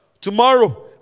Tomorrow